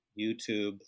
YouTube